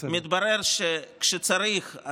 מתברר שכשצריך,